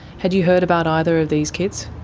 had you heard about either of these kids?